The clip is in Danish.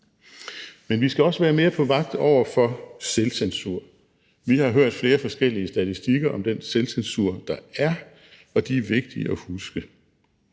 Men vi skal også være mere på vagt over for selvcensur. Vi har hørt om flere forskellige statistikker om den selvcensur, der er, og de er vigtige at huske.